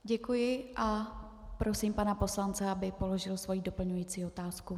Děkuji a prosím pana poslance, aby položil svoji doplňující otázku.